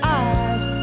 eyes